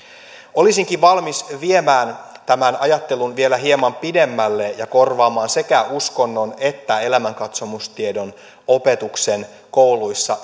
olisinkin valmis viemään tämän ajattelun vielä hieman pidemmälle ja korvaamaan sekä uskonnon että elämänkatsomustiedon opetuksen kouluissa